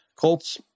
colt's